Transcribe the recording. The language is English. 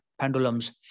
pendulums